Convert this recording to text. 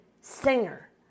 singer